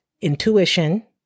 intuition